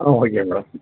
ah okay madam